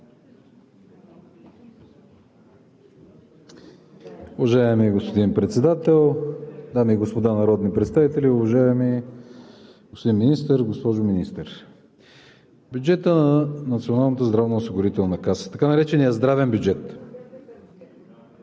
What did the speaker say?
Уважаеми господин Председател, дами и господа народни представители, уважаеми господин Министър, госпожо Министър! В бюджета на Националната здравноосигурителна каса, така нареченият Здравен бюджет,